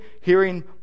Hearing